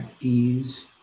ease